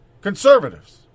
conservatives